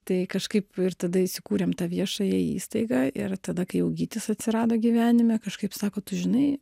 tai kažkaip ir tada įsikūrėm tą viešąją įstaigą ir tada kai jau gytis atsirado gyvenime kažkaip sako tu žinai